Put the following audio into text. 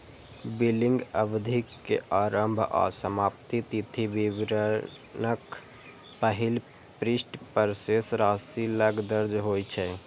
billing अवधि के आरंभ आ समाप्ति तिथि विवरणक पहिल पृष्ठ पर शेष राशि लग दर्ज होइ छै